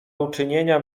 uczynienia